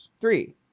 Three